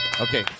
Okay